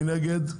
מי נגד?